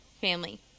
family